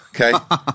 Okay